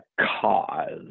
cause